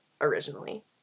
originally